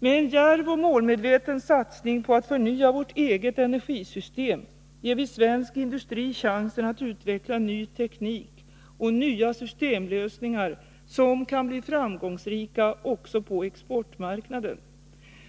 Med en djärv och målmedveten satsning på att förnya vårt eget energisystem ger vi svensk industri chansen att utveckla ny teknik och nya systemlösningar som kan bli framgångsrika också på exportmarknaden.